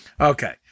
Okay